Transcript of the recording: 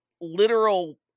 literal